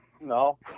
No